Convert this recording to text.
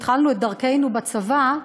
התחלנו את דרכנו בצבא,